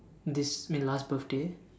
this my last birthday